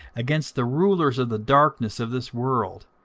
against the rulers of the darkness of this world,